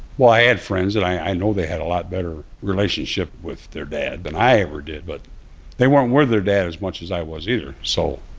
well, i had friends, and i know they had a lot better relationship with their dad than i ever did, but they weren't with their dad as much as i was, either. so,